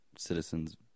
citizens